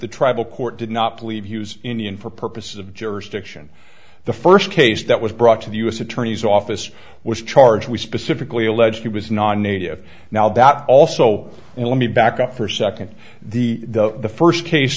the tribal court did not believe use indian for purposes of jurisdiction the first case that was brought to the u s attorney's office was charge we specifically allege he was non native now that also and let me back up for second the the the first case